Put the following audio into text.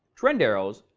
trend arrows,